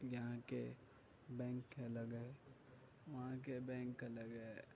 یہاں کے بینک الگ ہے وہاں کے بینک الگ ہے